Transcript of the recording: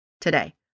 today